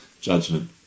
judgment